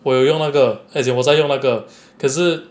我有用那个 as in 我在用那个可是